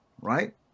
right